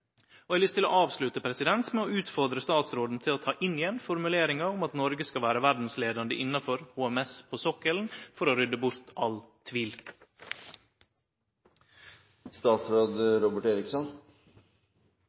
Eg har lyst til å avslutte med å utfordre statsråden til å ta inn igjen formuleringa om at Noreg skal vere verdsleiande innanfor HMT på sokkelen, for å rydde bort all